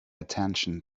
attention